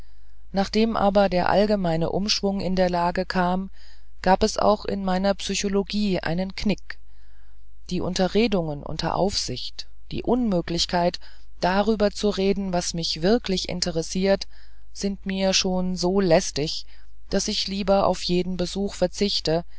nachdem aber der allgemeine umschwung in der lage kam gab es auch in meiner psychologie einen knick die unterredungen unter aufsicht die unmöglichkeit darüber zu reden was mich wirklich interessiert sind mir schon so lästig daß ich lieber auf jeden besuch verzichte